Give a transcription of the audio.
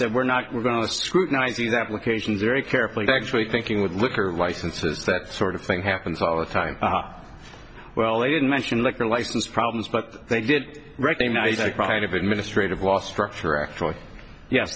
that we're not going to scrutinizing that location very carefully actually thinking with liquor licenses that sort of thing happens all the time well they didn't mention liquor license problems but they did recognize a pride of administrative law structure actually ye